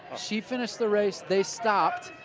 she finished the race, they stopped